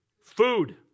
Food